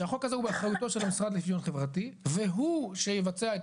שהחוק הזה הוא באחריותו של המשרד לשוויון חברתי והוא שיבצע את